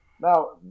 Now